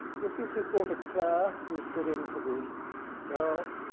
this is his daughter claire, who stood in for the girl,